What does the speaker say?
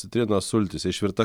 citrinos sultyse išvirta